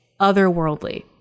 otherworldly